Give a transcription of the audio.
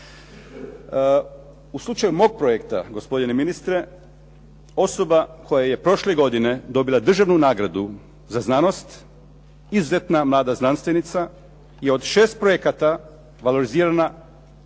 U slučaju mog projekta gospodine ministre osoba koja je prošle godine dobila državnu nagradu za znanost izuzetna mlada znanstvenica je od šest projekata valorizirana samo par